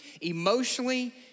emotionally